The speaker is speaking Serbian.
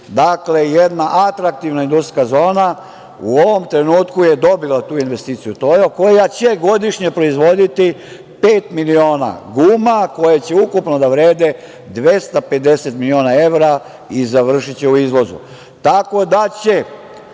Dakle, jedna atraktivna industrijska zona u ovom trenutku je dobila tu investiciju "Tojo" koja će godišnje proizvoditi pet miliona guma, koje će ukupno da vrede 250 miliona evra i završiće u izvozu.